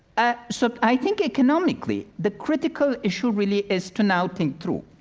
ah so i think economically, the critical issue really is to now think through.